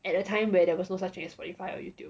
at a time where there was no such as spotify or youtube